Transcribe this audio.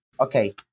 okay